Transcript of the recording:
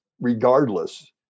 regardless